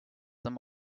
them